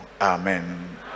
Amen